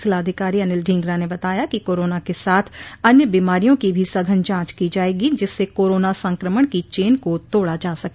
जिलाधिकारी अनिल ढोंगरा ने बताया कि कोरोना के साथ अन्य बीमारियों की भी सघन जांच की जायेगी जिससे कोरोना संक्रमण की चेन को तोड़ा जा सके